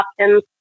options